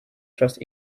trust